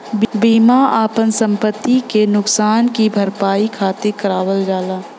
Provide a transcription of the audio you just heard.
बीमा आपन संपति के नुकसान की भरपाई खातिर करावल जाला